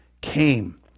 came